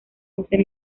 once